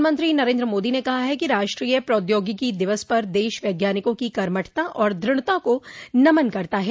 प्रधानमंत्री नरेन्द्र मोदी ने कहा है कि राष्ट्रीय प्रौद्योगिकी दिवस पर देश वैज्ञानिकों की कर्मठता और द्रढता को नमन करता है